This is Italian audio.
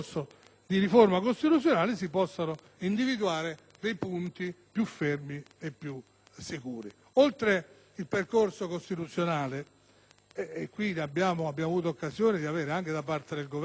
di riforma costituzionale si possano individuare dei punti più fermi e più sicuri. Oltre il percorso costituzionale - e qui abbiamo avuto occasione di registrare anche da parte del Governo